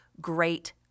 great